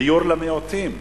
דיור למיעוטים,